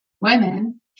women